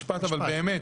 משפט אבל באמת.